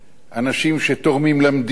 אנשים שתורמים למדינה,